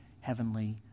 heavenly